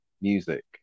music